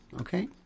okay